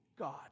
God